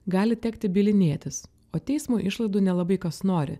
gali tekti bylinėtis o teismo išlaidų nelabai kas nori